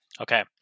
Okay